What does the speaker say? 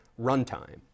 runtime